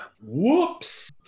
Whoops